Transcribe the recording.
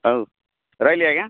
ହଉ ରହିଲି ଆଜ୍ଞା